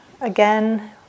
again